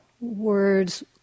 words